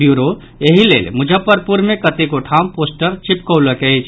bureau एहि लेल मुजफ्फरपुर मे कतेको ठाम पोस्टर चिपकौलक अछि